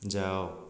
ଯାଅ